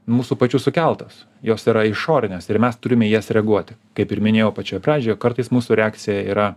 mūsų pačių sukeltos jos yra išorinės ir mes turime į jas reaguoti kaip ir minėjau pačioj pradžioje kartais mūsų reakcija yra